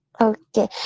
Okay